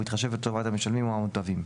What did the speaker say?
ובהתחשב בטובת המשלמים או המוטבים.